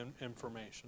information